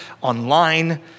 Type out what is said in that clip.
online